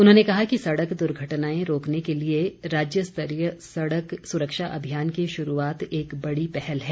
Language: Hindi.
उन्होंने कहा कि सड़क दुर्घटनाएं रोकने के लिए राज्यस्तरीय सड़क सुरक्षा अभियान की शुरूआत एक बड़ी पहल है